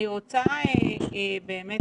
אני רוצה באמת